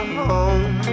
home